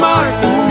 Martin